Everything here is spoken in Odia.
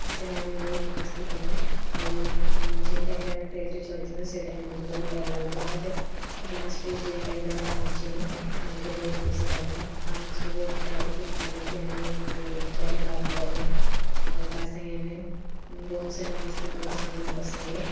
ସେନା ଆମେ ବହୁତ ମସ୍ତି କନୁ ଆଉ ଯେନ୍ ଟାଇମ୍ରେ ଆମେ ଟ୍ରେକ୍ରେ ଚଢ଼ିଥିନୁ ସେ ଟାଇମ୍ରେ ତ ବହୁତ୍ ଡର୍ ଲାଗୁଥିଲା ହେଲେ ଲାଷ୍ଟ୍ରେ ଯେନ୍ ଟାଇମ୍ରେ ଆମେ ପହଂଚିନୁ ତାଙ୍କେ ବହୁତ ଖୁସି ଲାଗିଲା ଆଉ ନିଜକୁ ବହୁତ ପ୍ରାଉଡ୍ ଫିଲ୍ କନୁକି ଆମେ ସେ ଚଢ଼ିପାରନୁ ବୋଲି ଆଉ ତା ସାଙ୍ଗେ ଆମେ ବହୁତ୍ ସେନ ମସ୍ତି କନୁ ସାଙ୍ଗମାନଙ୍କ ସାଙ୍ଗେ